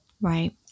right